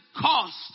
cost